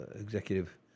executive